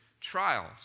trials